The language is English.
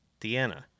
Deanna